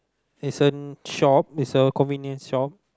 is a shop it's a convenient shop